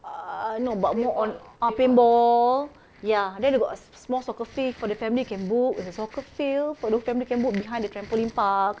ah no but more on ah paintball ya then they got a small soccer field for the family you can book is a soccer field for the whole family you can book behind the trampoline park